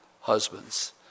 husbands